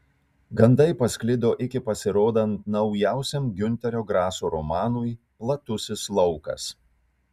gandai pasklido iki pasirodant naujausiam giunterio graso romanui platusis laukas